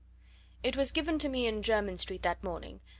it was given to me, in jermyn street that morning,